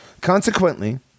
Consequently